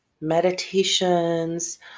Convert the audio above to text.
meditations